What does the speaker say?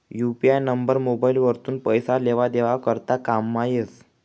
UPI number mobile वरथून पैसा लेवा देवा करता कामंमा येस